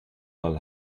mal